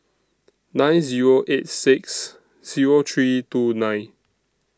nine Zero eight six Zero three two nine